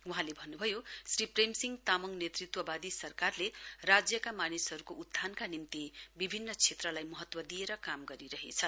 वहाँले भन्नुभयो श्री प्रेमसिंह तामाङ नेतृत्ववादी सरकारले राज्यका मानिसहरूको उत्थानका निम्ति विभिन्न क्षेत्रलाई महत्व दिएर काम गरिरहेछ